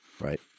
right